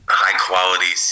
high-quality